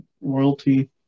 royalty